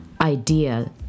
idea